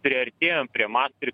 priartėjom prie mastrich